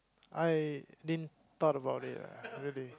I didn't thought about it lah really